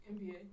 NBA